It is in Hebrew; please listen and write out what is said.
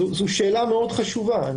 זו שאלה מאוד חשובה.